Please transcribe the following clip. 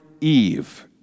Eve